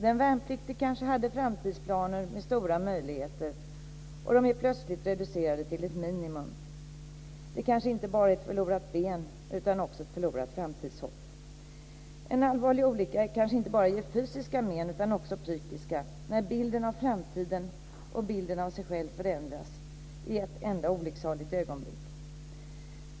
Den värnpliktige kanske hade framtidsplaner med stora möjligheter och de blir plötsligt reducerade till ett minimum. Det kanske inte bara är ett förlorat ben, utan också ett förlorat framtidshopp. En allvarlig olycka kanske inte bara ger fysiska men, utan också psykiska när bilden av framtiden och bilden av sig själv förändras i ett enda olycksaligt ögonblick.